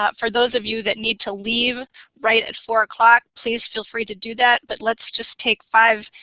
ah for those the view that need to leave right at four o'clock please feel free to do that but let's just take five